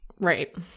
Right